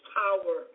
power